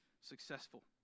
successful